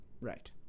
Right